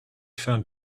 found